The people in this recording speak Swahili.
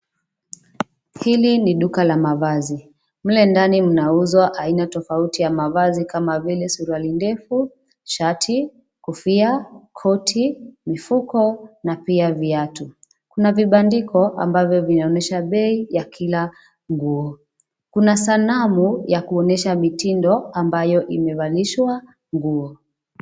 Hili ni duka la mavazi, mle ndani mnauzwa aina tofauti ya mavazi kama vile suruali ndefu, shati, kofia, koti mifuko na pia viatu. Kuna vibandiko ambavyo vinaonyesha bei ya kila nguo. Kuna sanamu ya kuonyesha mitindo ambayo imevalishwa nguo.